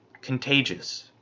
contagious